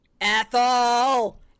Ethel